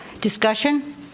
Discussion